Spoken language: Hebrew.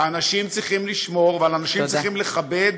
ואנשים צריכים לשמור, ואנשים צריכים לכבד.